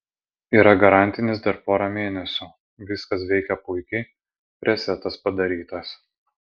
yra garantinis dar pora mėnesių viskas veikia puikiai resetas padarytas